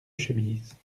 chemise